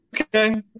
okay